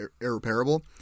irreparable